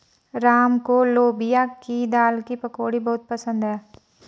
राम को लोबिया की दाल की पकौड़ी बहुत पसंद हैं